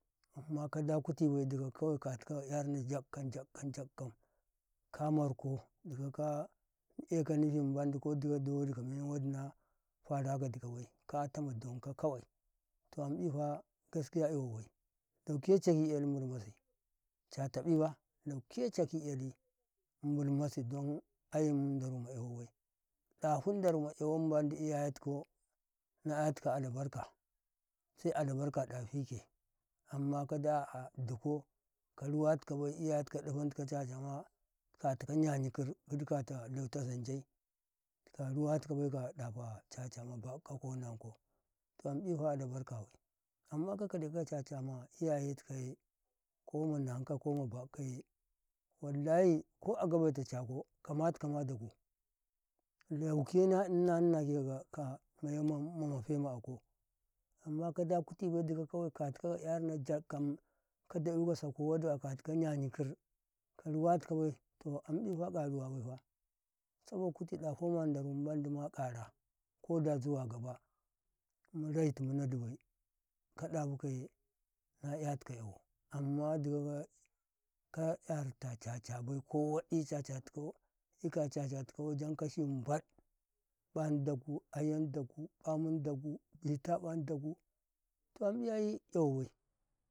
imma kada kutibai, dika kawai a yar nan jakau jakau, jakau ka amr dika kaye nufi mi mbendi da wadi kamem mandi na nafara kadika bai kata madanka kawai ambita gasakiya, yawabai cata ɓiba lauke caki yali buimusi don aye daru ma ya wabai, ɗahu darma yawau mendi iyeyeti kau na yatika albarka, sai albarka dafike ammaka dadi ko kar watika bai iyaye, tikau dafentin ka caca ma katika yayiki, gid bew ta zanja karuwa tikabai ka dafa caca ma bakkau ko Nnankau, amɓifa albarkabai amma ka kale kaka caca ma iyaye tikage koma nankau koma bakkau wallahi ko a gabe tai cakau kama tukama dagu lauke ma nina ke ka mate ma akau, amma kada kuti bai, katitau kawai katikau ka yarnau jakkam dayuka saku akati kau yayi kir karuwatika bai, to ambifa karuwabai saboka kuti ɗafoma damu mandi ma ƙara, koda zuwa gaba raitinna dibai, kadafukaye na yatikau ya wo, amma dikau kayarata cacabai ko waɗi cacatika, ikaya cacatakau kusan nmbad ɓam dagu, bitaɓam dagu, to ambi ai yawabai.